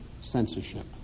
censorship